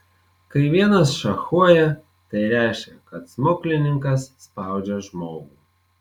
kai vienas šachuoja tai reiškia kad smuklininkas spaudžia žmogų